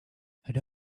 had